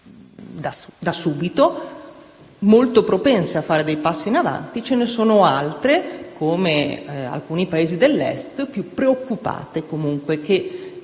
da subito, molto propense a fare passi in avanti; ce ne sono state altre, come alcuni Paesi dell'Est, più preoccupate comunque che ci